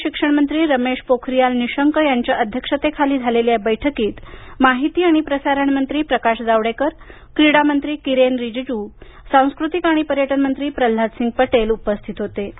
केंद्रीय शिक्षण मंत्री रमेश पोखारीयाल निशंक यांच्या अध्यक्षतेखाली झालेल्या या बैठकीत माहिती आणि प्रसारण मंत्री प्रकाश जावडेकर क्रीडा मंत्री किरेन रीजीजू सांस्कृतिक आणि पर्यटन मंत्री प्रल्हाद सिंग पटेल उपस्थित होते